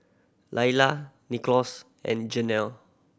Laylah Nicklaus and Geno